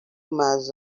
mas